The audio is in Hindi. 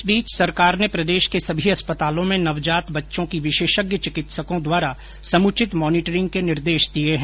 इस बीच सरकार ने प्रदेश के सभी अस्पतालों में नवजात बच्चों की विशेषज्ञ चिकित्सकों द्वारा समुचित मॉनिटरिंग के निर्देश दिए हैं